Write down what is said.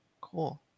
cool